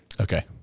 Okay